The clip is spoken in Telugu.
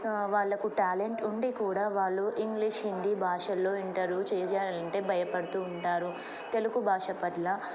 వాళ్ళకు టాలెంట్ ఉండి కూడా వాళ్ళు ఇంగ్లీష్ హిందీ భాషల్లో ఇంటరు చేయాలంటే భయపడుతూ ఉంటారు తెలుగు భాష పట్ల